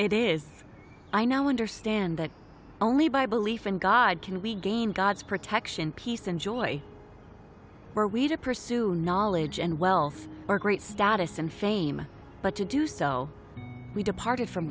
it is i now understand that only by belief in god can we gain god's protection peace and joy were we to pursue knowledge and wealth or great status and fame but to do so we departed from